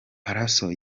pallaso